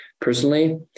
Personally